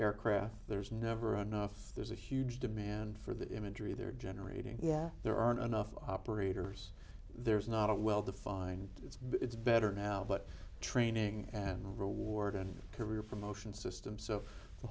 aircraft there's never enough there's a huge demand for the imagery they're generating yeah there aren't enough operators there's not a well defined it's but it's better now but training and rewarding career for motion systems so the